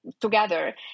together